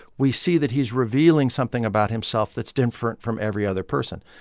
we see that he's revealing something about himself that's different from every other person.